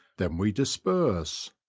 then we disperse,